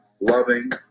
loving